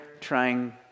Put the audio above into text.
trying